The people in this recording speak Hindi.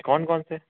कौन कौन से